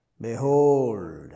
behold